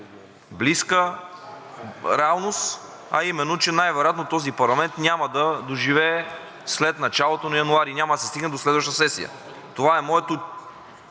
близка реалност, а именно, че най-вероятно този парламент няма да доживее след началото на януари и няма да се стигне до следваща сесия. Това е моето